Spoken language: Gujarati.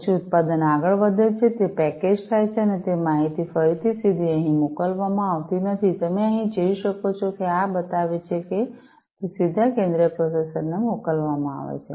પછી ઉત્પાદન આગળ વધે છે તે પેકેજ થાય છે અને તે માહિતી ફરીથી સીધી અહીં મોકલવામાં આવતી નથી તમે અહીં જોઈ શકો છો આ બતાવે છે કે તે સીધા કેન્દ્રીય પ્રોસેસર ને મોકલવામાં આવે છે